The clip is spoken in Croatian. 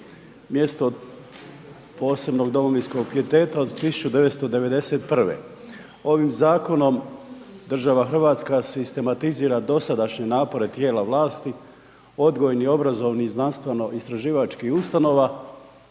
mjesto posebnog domovinskog pijeteta od 1991. Ovim zakonom država hrvatska sistematizira dosadašnje napore tijela vlasti odgojnih i obrazovnih i znanstveno istraživačkih ustanova